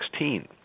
2016